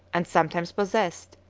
and sometimes possessed,